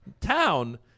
town